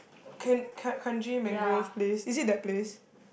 can Kranji mangrove place is it that place